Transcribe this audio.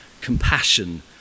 compassion